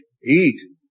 Eat